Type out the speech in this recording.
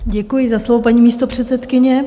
Děkuji za slovo, paní místopředsedkyně.